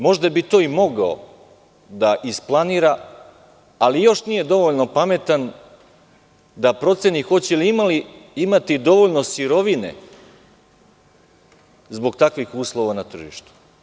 Možda bi to i mogao da isplanira ali još nije dovoljno pametan da proceni hoće li imati dovoljno sirovine zbog takvih uslova na tržištu.